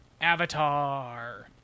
Avatar